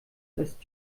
ist